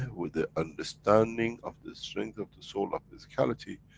with the understanding of the strength of the soul of physicality,